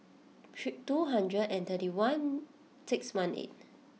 two hundred and thirty one six one eight